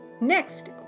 Next